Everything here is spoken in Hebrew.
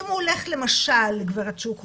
אם הוא הולך גברת שוקרון,